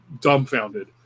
dumbfounded